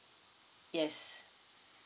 yes